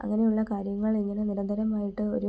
അങ്ങനെയുള്ള കാര്യങ്ങൾ ഇങ്ങനെ നിരന്തരമായിട്ട് ഒരു